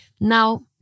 Now